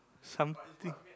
something